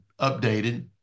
updated